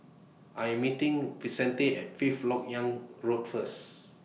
I'm meeting Vicente At Fifth Lok Yang Road First